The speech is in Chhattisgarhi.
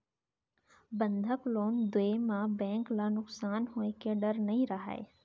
बंधक लोन दिये म बेंक ल नुकसान होए के डर नई रहय